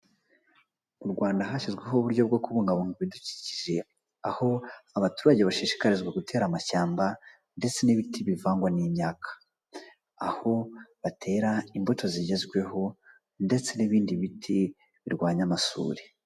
Mu rwanda hashyizweho uburyo bwo kubungabunga ibidukikije, aho abaturage bashishikarizwa gutera amashyamba ndetse n'ibiti bivangwa n'imyaka aho batera imbuto zigezweho ndetse n'ibindi biti birwanya amasuri.